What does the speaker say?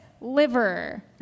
liver